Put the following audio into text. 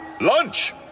Lunch